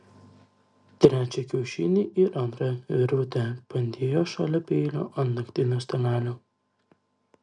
trečią kiaušinį ir antrą virvutę padėjo šalia peilio ant naktinio stalelio